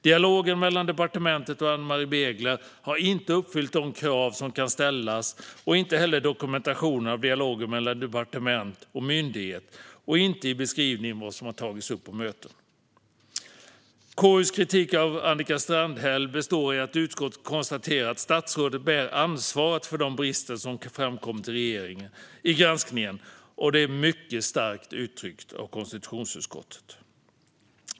Dialogen mellan departementet och AnnMarie Begler har inte uppfyllt de krav som kan ställas, inte heller dokumentationen av dialogen mellan departement och myndighet eller beskrivningen av vad som tagits upp på möten. KU:s kritik av Annika Strandhäll består i att utskottet konstaterar att statsrådet bär ansvaret för de brister som har framkommit i granskningen, vilket är mycket starkt uttryckt av konstitutionsutskottet.